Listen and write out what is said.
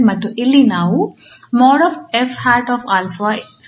ಮತ್ತು ಇಲ್ಲಿ ನಾವು ಅನ್ನು ಕೂಡ ಹೊಂದಿದ್ದೇವೆ